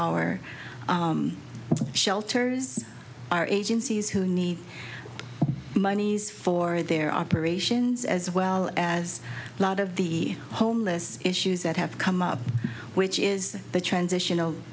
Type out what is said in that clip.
our shelters our agencies who need moneys for their operations as well as a lot of the homeless issues that have come up which is the transition